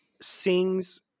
Sings